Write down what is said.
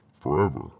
forever